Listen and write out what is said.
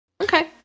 Okay